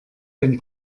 ein